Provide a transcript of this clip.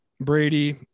Brady